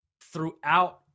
throughout